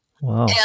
Wow